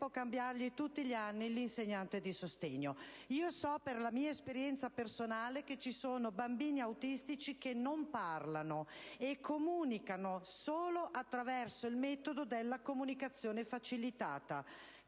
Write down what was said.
cambiargli tutti gli anni l'insegnante di sostegno. So, per mia esperienza personale, che ci sono bambini autistici che non parlano e che comunicano solo attraverso il metodo della comunicazione facilitata: